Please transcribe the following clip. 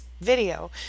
video